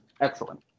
excellent